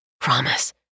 Promise